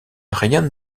rien